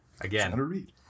Again